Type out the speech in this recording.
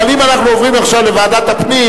אבל אם אנחנו עוברים עכשיו לוועדת הפנים,